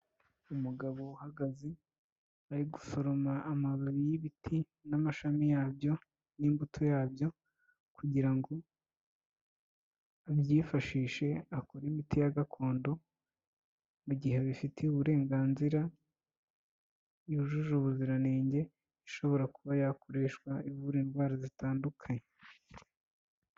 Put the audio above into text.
Umugabo uhagaze, ari gusoroma amababi y'ibiti n'amashami yabyo n'imbuto yabyo kugira ngo abyifashishe akore imiti ya gakondo, mu gihe abifitiye uburenganzira, yujuje ubuziranenge, ishobora kuba yakoreshwa ivura indwara zitandukanye.